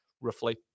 roughly